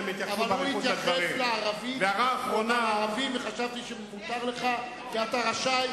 הוא התייחס לערבית וחשבתי שמותר לך ואתה רשאי,